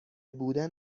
بودن